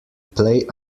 play